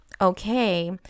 okay